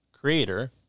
creator